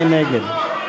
מי נגד?